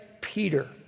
Peter